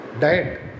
Diet